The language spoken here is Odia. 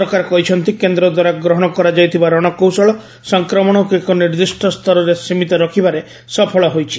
ସରକାର କହିଛନ୍ତି କେନ୍ଦ୍ର ଦ୍ୱାରା ଗ୍ରହଣ କରାଯାଇଥିବା ରଣକୌଶଳ ସଂକ୍ରମଣକୁ ଏକ ନିର୍ଦ୍ଦିଷ୍ଟ ସ୍ତରରେ ସୀମିତ ରଖିବାରେ ସଫଳ ହୋଇଛି